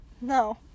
No